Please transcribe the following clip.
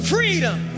Freedom